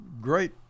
great